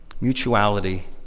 mutuality